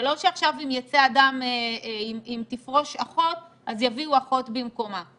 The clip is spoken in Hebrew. זה לא שעכשיו אם תפרוש אחות אז יביאו אחות במקומה.